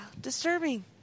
Disturbing